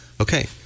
okay